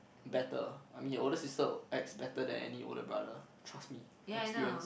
better I mean an older sister acts better than any older brother trust me experience